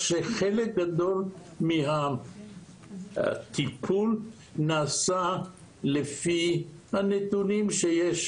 חלק גדול מהטיפול, נעשה לפי הנתונים שיש